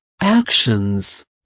actions